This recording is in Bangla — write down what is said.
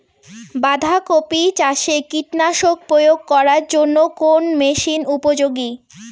বাঁধা কপি চাষে কীটনাশক প্রয়োগ করার জন্য কোন মেশিন উপযোগী?